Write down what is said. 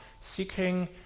seeking